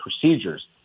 procedures